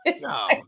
No